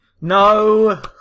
No